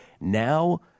now